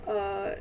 err